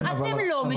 אתם לא משלמים כבר שנים.